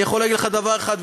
אני יכול להגיד לך דבר אחד,